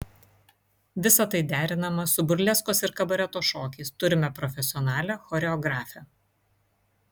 visa tai derinama su burleskos ir kabareto šokiais turime profesionalią choreografę